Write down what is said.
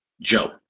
Joe